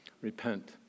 Repent